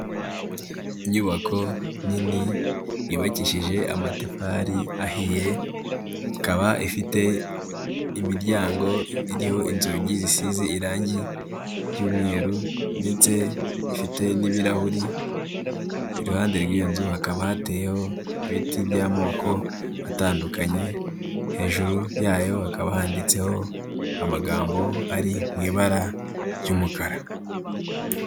Inyubako nini yubakishije amatafari ahiye, ikaba ifite imiryango iriho inzugi zisize irangi ry'umweru ndetse ifite n'ibirahuri, iruhande rw'iyo nzu hakaba hateyeho ibiti by'amoko atandukanye, hejuru yayo hakaba handitseho amagambo ari mu ibara ry'umukara.